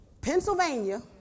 Pennsylvania